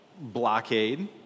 blockade